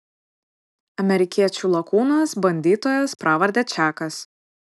amerikiečių lakūnas bandytojas pravarde čakas